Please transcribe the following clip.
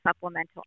supplemental